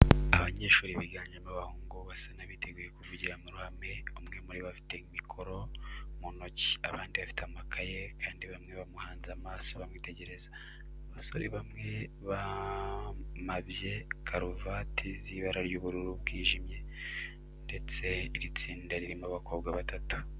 Abanyeshuri biganjemo abahungu basa n'abiteguye kuvugira mu ruhame, umwe muri bo afike mikoro mu ntoki, abandi bafite amakaye kandi bamwe bamuhanze amaso bamwitegereza. Abasore bamwe bamabye karuvati z'ibara ry'ubururu bwijime ndetse iri tsinda ririmo abakobwa batatu.